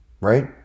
right